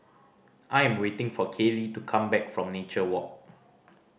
I am waiting for Kayley to come back from Nature Walk